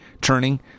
turning